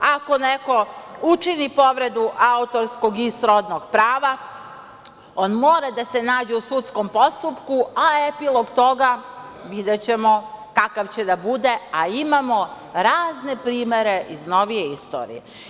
Ako neko učini povredu autorskog i srodnog prava on mora da se nađe u sudskom postupku, a epilog toga videćemo kakav će da bude, a imamo razne primere iz novije istorije.